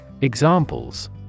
Examples